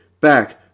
back